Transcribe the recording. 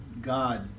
god